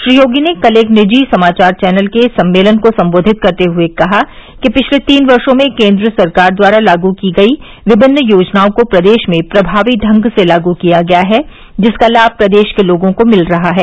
श्री योगी ने कल एक निजी समाचार चैनल के सम्मेलन को सम्बोधित करते हुए कहा कि पिछले तीन वर्षों में केन्द्र सरकार द्वारा लागू की गयी विभिन्न योजनाओं को प्रदेश में प्रभावी ढंग से लागू किया गया है जिसका लाभ प्रदेश के लोगों को मिल रहा है